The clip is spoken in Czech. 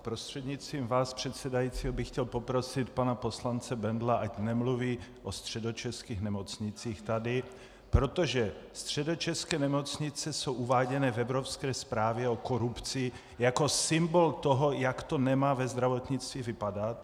Prostřednictvím vás předsedajícího bych chtěl poprosit pana poslance Bendla, ať nemluví o středočeských nemocnicích tady, protože středočeské nemocnice jsou uváděny v evropské zprávě o korupci jako symbol toho, jak to nemá ve zdravotnictví vypadat.